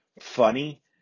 funny